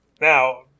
Now